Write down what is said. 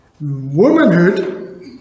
womanhood